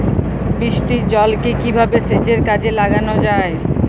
বৃষ্টির জলকে কিভাবে সেচের কাজে লাগানো য়ায়?